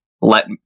let